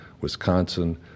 Wisconsin